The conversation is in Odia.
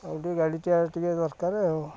ଆଉ ଟିକେ ଗାଡ଼ିଟା ଟିକେ ଦରକାର ଆଉ